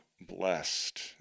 blessed